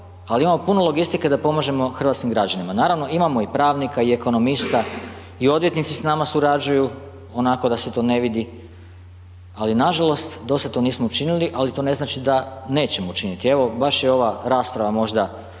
ali imamo puno logistike da pomažemo hrvatskim građanima. Naravno, imamo i pravnika i ekonomista i odvjetnici s nama surađuju, onako da se to ne vidi, ali nažalost, dosada to nismo učinili, ali to ne znači da nećemo učiniti. Evo, baš je ova rasprava, možda